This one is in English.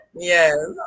Yes